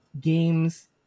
games